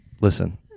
Listen